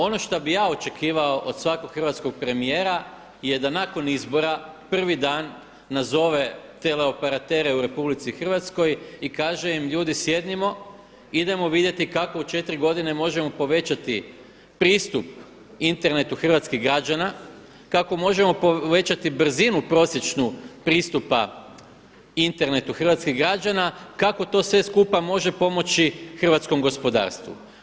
Ono što bih ja očekivao od svakog hrvatskog premijera je da nakon izbora prvi dan nazove teleoperatere u RH i kaže im ljudi sjednimo, idemo vidjeti kako u 4 godine možemo povećati pristup internetu hrvatskih građana, kako možemo povećati brzinu prosječnu pristupa internetu hrvatskih građana, kako to sve skupa može pomoći hrvatskom gospodarstvu.